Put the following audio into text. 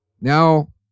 Now